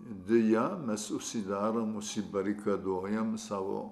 deja mes užsidarom užsibarikaduojam savo